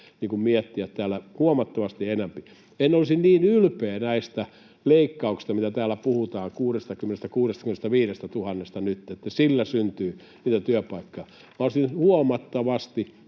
miettiä täällä huomattavasti enempi. En olisi niin ylpeä näistä leikkauksista, mistä täällä nyt puhutaan, että niillä syntyy niitä työpaikkoja